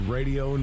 Radio